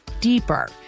deeper